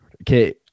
Okay